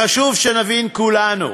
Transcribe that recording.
חשוב שנבין כולנו: